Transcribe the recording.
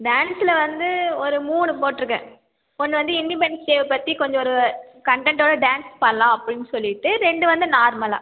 டான்ஸில வந்து ஒரு மூணு போட்டுருக்கேன் ஒன்று வந்து இன்டிபெண்டன்ஸ் டேவை பற்றி கொஞ்சம் ஒரு கன்டெண்ட்டோட டேன்ஸ் பண்ணலாம் அப்படினு சொல்லிவிட்டு ரெண்டு வந்து நார்மலாக